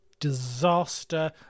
disaster